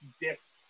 discs